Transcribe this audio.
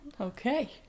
Okay